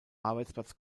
arbeitsplatz